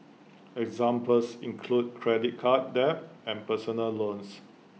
examples include credit card debt and personal loans